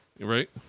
Right